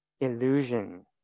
illusion